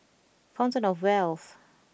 Fountain Of Wealth